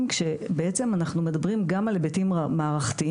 כשבעצם אנחנו מדברים גם על היבטים מערכתיים,